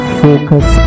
focus